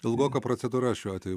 ilgoka procedūra šiuo atveju